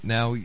Now